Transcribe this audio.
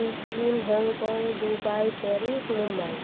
Sikkim Hong Kong Dubai Paris Mumbai